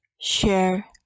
share